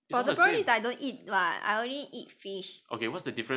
but the problem is I don't eat [what] I only eat fish